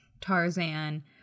tarzan